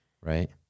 right